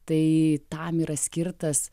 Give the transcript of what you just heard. tai tam yra skirtas